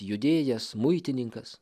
judėjas muitininkas